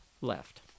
left